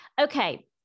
Okay